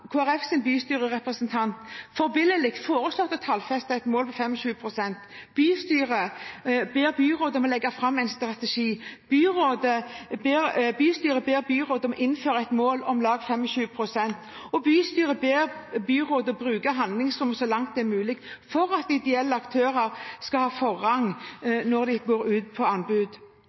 bystyrerepresentant forbilledlig foreslått å tallfeste et mål på 25 pst. Bystyret ber byrådet om å legge fram en strategi, bystyret ber byrådet om å innføre et mål på om lag 25 pst., og bystyret ber byrådet bruke handlingsrommet så langt det er mulig for at de ideelle aktører skal ha forrang når det skal ut på anbud.